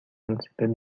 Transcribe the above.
considers